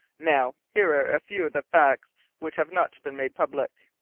now here are a few of the facts which have not been made public.